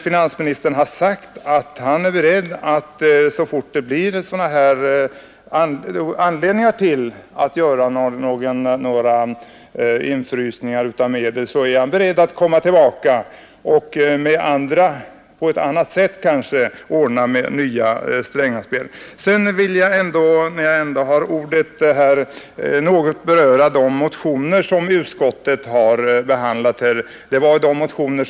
Finansministern har sagt sig vara beredd att, när det finns anledning härtill, komma tillbaka med förslag om nya Strängaspel, som då emellertid förmodligen blir utformade på ett något annat sätt. När jag ändå har ordet vill jag något beröra de motioner från år 1967 som utskottet nämner i betänkandet.